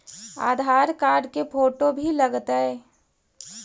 आधार card के photo भी लग तै?